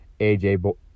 aj